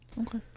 okay